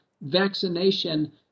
vaccination